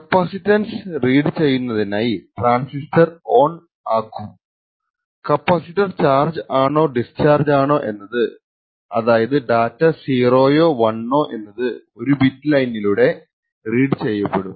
capacitance read ചെയ്യുന്നതിനായി transistor on ആക്കും capacitor charged ആണോ ഡിസ്ച്ചാർജ്ഡ് ആണോ എന്നത് അതായതു ഡാറ്റ 0 യോ 1 ഓ എന്നത് ഈ ബിറ്റ് ലൈനിലൂടെ റീഡ് ചെയ്യപ്പെടും